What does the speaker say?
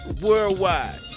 worldwide